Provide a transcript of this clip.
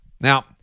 Now